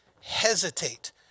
hesitate